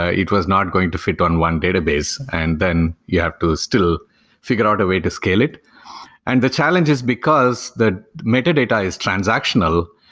ah it was not going to fit on one database. and then you have to still figure out a way to scale it and the challenge is because the metadata is transactional,